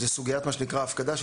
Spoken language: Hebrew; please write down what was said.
זאת סוגיית ההפקדה,